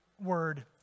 word